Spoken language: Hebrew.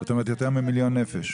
זאת אומרת יותר ממיליון נפש.